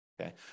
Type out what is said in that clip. okay